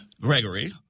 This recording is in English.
Gregory